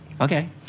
Okay